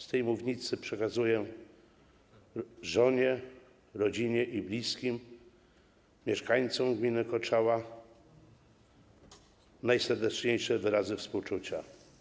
Z tej mównicy przekazuję żonie, rodzinie, bliskim i mieszkańcom gminy Koczała najserdeczniejsze wyrazy współczucia.